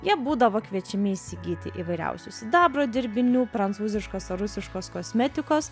jie būdavo kviečiami įsigyti įvairiausių sidabro dirbinių prancūziškos ar rusiškos kosmetikos